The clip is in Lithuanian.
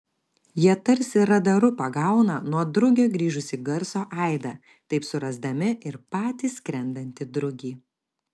jie tarsi radaru pagauna nuo drugio grįžusį garso aidą taip surasdami ir patį skrendantį drugį